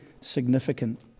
significant